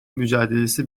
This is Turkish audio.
mücadelesi